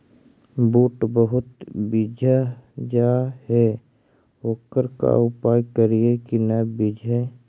बुट बहुत बिजझ जा हे ओकर का उपाय करियै कि न बिजझे?